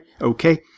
okay